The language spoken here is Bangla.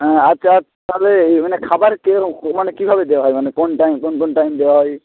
হ্যাঁ আচ্ছা তালে এই মানে খাবার কে মানে কীভাবে দেওয়া হয় মানে কোন টাইম কোন কোন টাইমে দেওয়া হয়